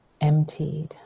emptied